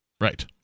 right